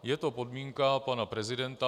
Je to podmínka pana prezidenta.